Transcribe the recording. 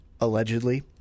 allegedly